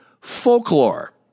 folklore